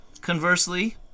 Conversely